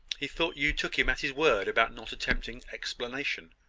he thought you took him at his word about not attempting explanation.